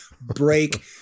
break